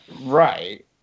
right